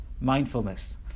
mindfulness